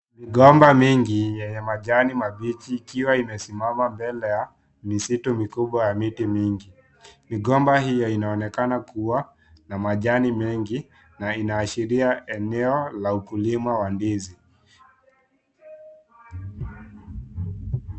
Migomba mingi yenye migomba mabichi ikiwa amimesimama mbele ya misitu mkubwa ya miti mingi. Migomba hiyo inaonekana kuwa na majani mingi, inaashiria eneo la mkulima wa ndizi.